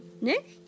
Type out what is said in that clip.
Nick